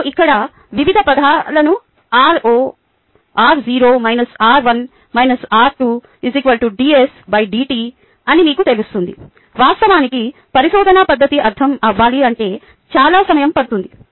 మీరు ఇక్కడ వివిధ పదాలను r0 r1 r2 dSdt అని మీకు తెలుస్తుంది వాస్తవానికి పరిశోధనపద్ధతి అర్దం అవ్వాలి అంటే చాలా సమయం పడుతుంది